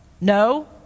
No